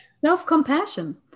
Self-compassion